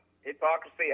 Hypocrisy